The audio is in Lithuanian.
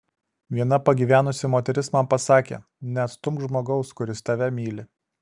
viena pagyvenusi moteris man pasakė neatstumk žmogaus kuris tave myli